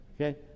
Okay